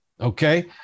Okay